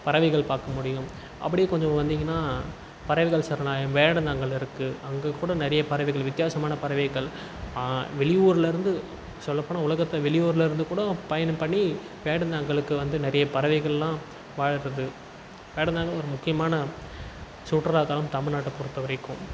பறவைகள் பார்க்க முடியும் அப்படியே கொஞ்சம் வந்திங்கனா பறவைகள் சரணாலயம் வேடந்தாங்கல் இருக்குது அங்கேக்கூட நிறைய பறவைகள் வித்தியாசமான பறவைகள் வெளியூரில் இருந்து சொல்லப்போனால் உலகத்தை வெளியூரில் இருந்துக்கூட பயணம் பண்ணி வேடந்தாங்கலுக்கு வந்த நிறைய பறவைகள்லாம் வாழுறது வேடந்தாங்கல் ஒரு முக்கியமான சுற்றுலா தலம் தமிழ்நாட்ட பொருத்தவரைக்கும்